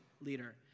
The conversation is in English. leader